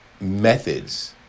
methods